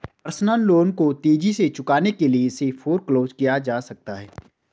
personal loan को तेजी से चुकाने के लिए इसे फोरक्लोज किया जा सकता है